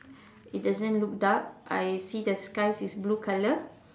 it doesn't look dark I see the sky is blue colour